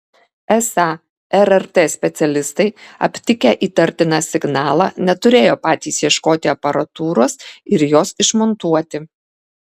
esą rrt specialistai aptikę įtartiną signalą neturėjo patys ieškoti aparatūros ir jos išmontuoti